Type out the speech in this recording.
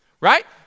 Right